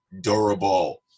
durable